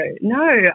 No